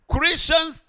Christians